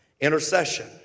intercession